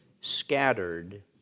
scattered